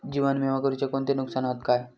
जीवन विमा करुचे कोणते नुकसान हत काय?